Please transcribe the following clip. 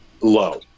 low